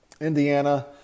Indiana